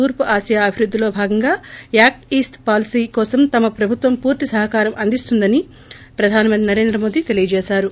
తూర్పు ఆసియా అభివృద్ధిలో భాగంగా యాక్ట్ ఈస్ట్ పాలసీ కోసం తమ ప్రభుత్వం పూర్తి సహకారం అందిస్తుందని ప్రధానమంత్రి నరేంద్ర మోదీ తెలియజేశారు